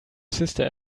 sister